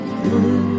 blue